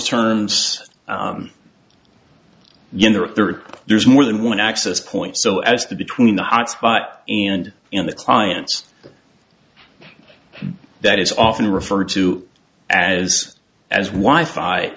third there's more than one access point so as to between the hot spot and in the client's that is often referred to as as wife by